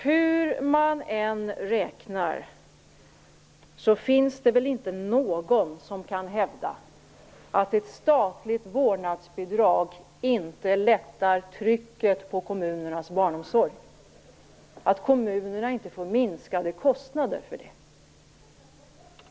Hur man än räknar är det väl inte någon som kan hävda att ett statligt vårdnadsbidrag inte lättar trycket på kommunernas barnomsorg, att kommunerna inte får minskade kostnader.